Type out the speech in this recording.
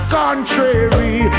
contrary